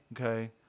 Okay